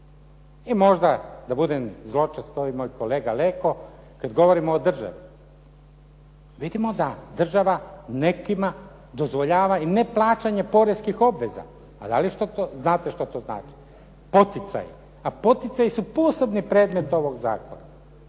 I možda da budem zločest kao moj kolega Leko, kada govorimo o državi, vidimo da država nekima dozvoljava i neplaćanje poreskih obveza. Pa da li znate što to znači? Poticaj, a poticaji su posebni predmet ovog zakona.